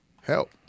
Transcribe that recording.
Help